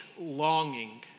longing